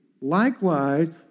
Likewise